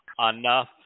enough